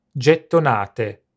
gettonate